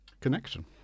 connection